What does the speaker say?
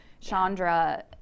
Chandra